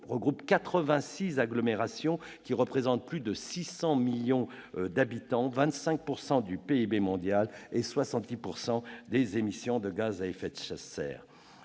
regroupe 86 agglomérations représentant plus de 600 millions d'habitants, 25 % du PIB mondial et 70 % des émissions de gaz à effet de serre.